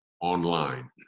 online